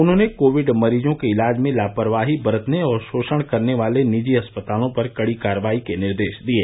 उन्होंने कोविड मरीजों के इलाज में लापरवाही बरतने और शोषण करने वाले निजी अस्पतालों पर कड़ी कार्रवाई के निर्देश दिये